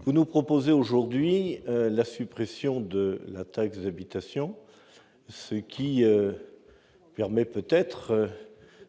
vous nous proposez la suppression de la taxe d'habitation. Non ! Cela permettra peut-être